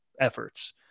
efforts